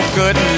good